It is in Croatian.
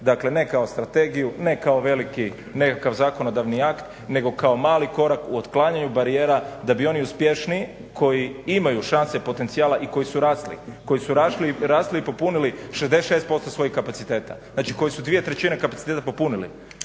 Dakle, ne kao strategiju, ne kao veliki nekakav zakonodavni akt, nego kao mali korak u otklanjanju barijera da bi oni uspješniji koji imaju šanse, potencijala i koji su rasli, koji su rasli i popunili 66% svojih kapaciteta. Znači koji su dvije trećine kapaciteta popunili